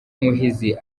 muhizi